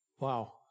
Wow